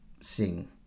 sing